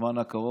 בזמן הקרוב,